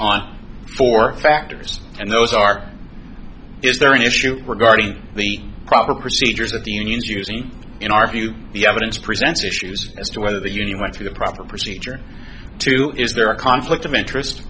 on four factors and those are is there an issue regarding the proper procedures of the unions using in our view the evidence presents issues as to whether the union went through the proper procedure to is there a conflict of interest